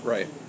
Right